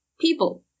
people